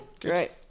Great